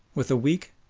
with a weak,